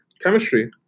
chemistry